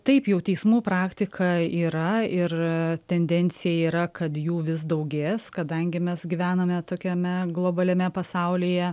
taip jau teismų praktika yra ir tendencija yra kad jų vis daugės kadangi mes gyvename tokiame globaliame pasaulyje